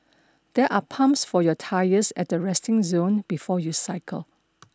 there are pumps for your tyres at the resting zone before you cycle